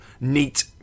neat